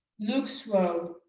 looks well,